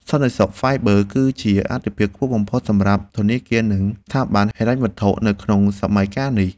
សន្តិសុខសាយប័រ គឺជាអាទិភាពខ្ពស់បំផុតសម្រាប់ធនាគារនិងស្ថាប័នហិរញ្ញវត្ថុនៅក្នុងសម័យកាលនេះ។